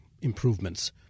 improvements